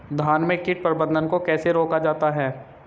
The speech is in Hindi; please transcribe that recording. धान में कीट प्रबंधन को कैसे रोका जाता है?